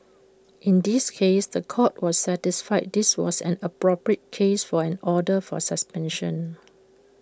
in this case The Court was satisfied this was an appropriate case for an order for suspension